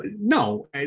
No